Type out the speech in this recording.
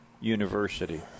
university